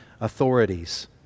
authorities